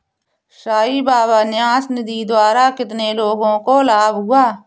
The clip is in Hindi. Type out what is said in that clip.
साई बाबा न्यास निधि द्वारा कितने लोगों को लाभ हुआ?